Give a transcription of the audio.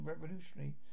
revolutionary